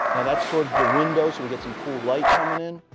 now that's towards the window. so, we get some cool light coming in.